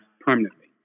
permanently